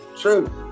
true